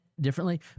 differently